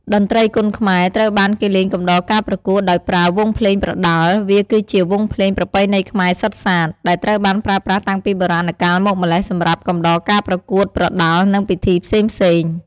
តន្ត្រីគុនខ្មែរ ត្រូវបានគេលេងកំដរការប្រកួត ដោយប្រើ វង់ភ្លេងប្រដាល់ វាគឺជា វង់ភ្លេងប្រពៃណីខ្មែរសុទ្ធសាធ ដែលត្រូវបានប្រើប្រាស់តាំងពីបុរាណកាលមកម្ល៉េះសម្រាប់កំដរការប្រកួតប្រដាល់ និងពិធីផ្សេងៗ។